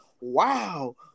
Wow